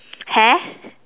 hair